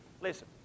listen